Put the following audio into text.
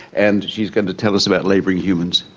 and she going to tell us about labouring humans.